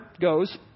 goes